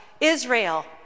Israel